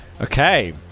Okay